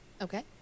Okay